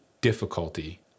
difficulty